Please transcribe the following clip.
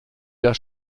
der